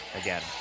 again